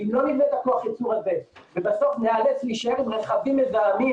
אם לא יהיה הדבר הזה ובסוף ניאלץ להישאר עם רכבים מזהמים